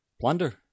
Plunder